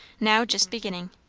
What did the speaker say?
now just beginning.